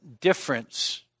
difference